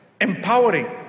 empowering